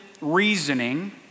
reasoning